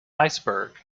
iceberg